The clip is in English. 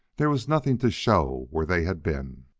there was nothing to show where they had been.